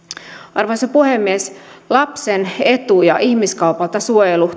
arvoisa puhemies lapsen etu ja ihmiskaupalta suojelu